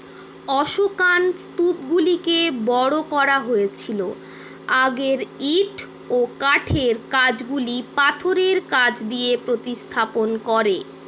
অশোকান স্তূপগুলিকে বড় করা হয়েছিল আগের ইঁট ও কাঠের কাজগুলি পাথরের কাজ দিয়ে প্রতিস্থাপন করে